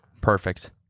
perfect